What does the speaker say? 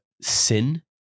sin